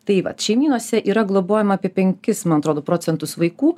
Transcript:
tai vat šeimynose yra globojama apie penkis man atrodo procentus vaikų